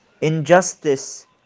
Injustice